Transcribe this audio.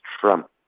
Trump